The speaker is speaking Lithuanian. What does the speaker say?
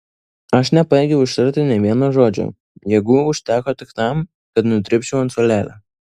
aš nepajėgiau ištarti nė vieno žodžio jėgų užteko tik tam kad nudribčiau ant suolelio